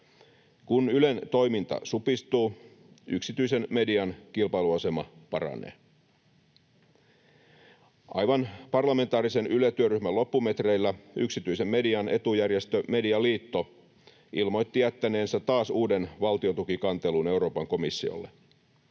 Kun Ylen toiminta supistuu, yksityisen median kilpailuasema paranee. Aivan parlamentaarisen Yle-työryhmän loppumetreillä yksityisen median etujärjestö Medialiitto ilmoitti jättäneensä taas uuden valtiontukikantelun Euroopan komissiolle.